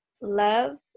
love